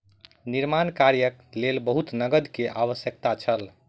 निर्माण कार्यक लेल बहुत नकद के आवश्यकता छल